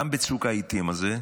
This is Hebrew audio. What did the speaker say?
גם בצוק העיתים הזה,